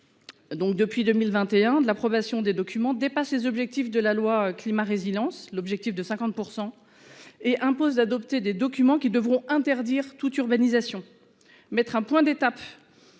Donc depuis 2021 de l'approbation des documents dépasse les objectifs de la loi climat résidence l'objectif de 50%. Et impose d'adopter des documents qui devront interdire toute urbanisation mettre un point d'étape.